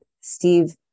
Steve